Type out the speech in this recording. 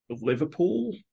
Liverpool